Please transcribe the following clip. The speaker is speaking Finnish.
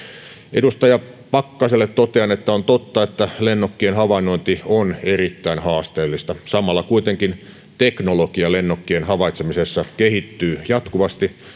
edustaja pakkaselle totean että on totta että lennokkien havainnointi on erittäin haasteellista samalla kuitenkin teknologia lennokkien havaitsemisessa kehittyy jatkuvasti